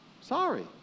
Sorry